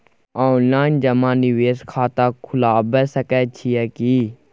Online जमा निवेश खाता खुलाबय सकै छियै की?